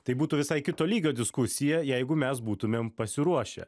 tai būtų visai kito lygio diskusija jeigu mes būtumėm pasiruošę